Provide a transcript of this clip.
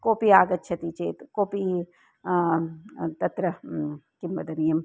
कोपि आगच्छति चेत् कोपि तत्र किं वदनीयम्